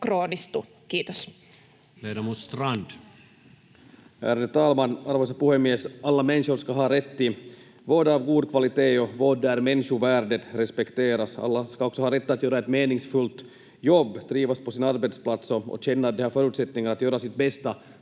kroonistu. — Kiitos.